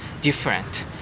different